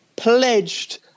pledged